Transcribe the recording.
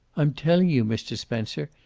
i'm telling you, mr. spencer.